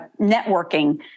networking